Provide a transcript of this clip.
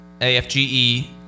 AFGE